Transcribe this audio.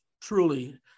truly